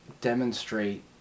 demonstrate